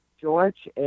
George